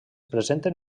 presenten